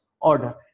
order